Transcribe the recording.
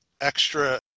extra